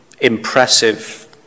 impressive